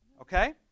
Okay